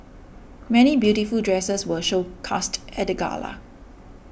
many beautiful dresses were showcased at the gala